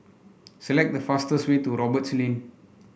select the fastest way to Roberts Lane